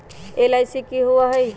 LIC की होअ हई?